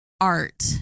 art